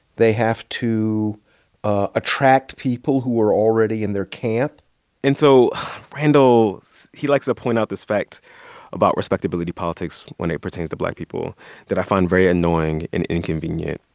they have to attract people who are already in their camp and so randall he likes to point out this fact about respectability politics when it pertains to black people that i find very annoying and inconvenient.